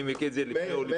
אני מכיר את זה לפני ולפנים.